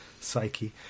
psyche